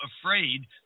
afraid